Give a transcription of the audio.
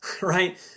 right